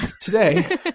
today